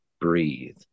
breathe